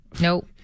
Nope